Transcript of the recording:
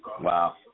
Wow